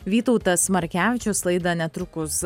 vytautas markevičius laidą netrukus